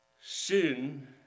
sin